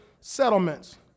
settlements